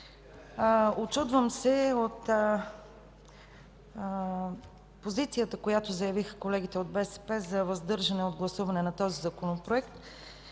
учудвам се от позицията, която заявиха колегите от БСП, за въздържане от гласуване на този законопроект,